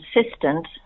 consistent